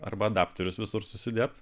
arba adapterius visur susidėti